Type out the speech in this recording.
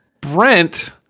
Brent